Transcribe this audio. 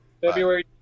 February